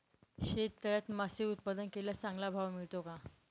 शेततळ्यात मासे उत्पादन केल्यास चांगला भाव मिळतो का?